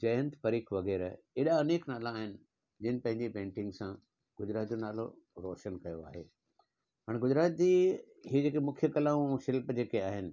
जयंत पारेख वगैरा एॾा अनेक नाला आहिनि जिन्हनि पंहिंजी पेंटिंग सां गुजरात जो नालो रोशन कयो आहे हाणे गुजरात जी हीअ जेके मुख्य कलाऊं ऐं शिल्प जेके आहिनि